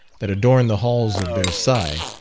that adorn the halls of versailles,